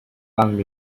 tang